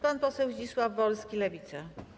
Pan poseł Zdzisław Wolski, Lewica.